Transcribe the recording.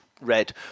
red